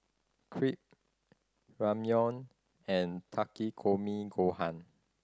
Crepe Ramyeon and Takikomi Gohan